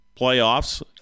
playoffs